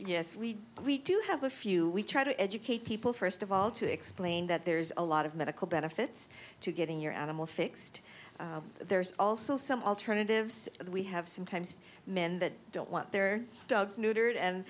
yes we do have a few we try to educate people first of all to explain that there's a lot of medical benefits to getting your animal fixed there's also some alternatives we have sometimes men that don't want their dogs neutered and